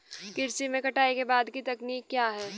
कृषि में कटाई के बाद की तकनीक क्या है?